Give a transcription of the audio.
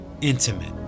intimate